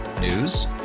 News